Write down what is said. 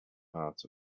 part